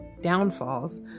downfalls